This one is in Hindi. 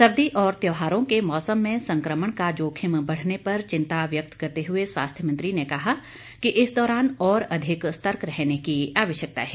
सर्दी और त्योहारों के मौसम में संक्रमण का जोखिम बढ़ने पर चिंता व्यक्त करते हुए स्वास्थ्य मंत्री ने कहा कि इस दौरान और अधिक सतर्क रहने की आवश्यकता है